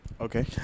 Okay